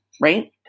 right